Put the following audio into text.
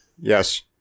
Yes